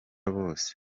bose